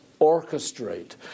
orchestrate